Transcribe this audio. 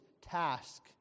task